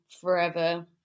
forever